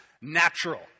natural